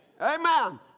Amen